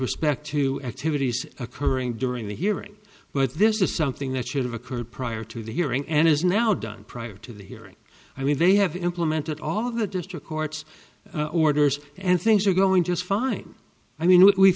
respect to activities occurring during the hearing but this is something that should have occurred prior to the hearing and is now done prior to the hearing i mean they have implemented all of the district court's orders and things are going to fine i mean we've